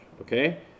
Okay